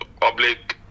public